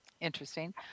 Interesting